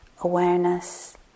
awareness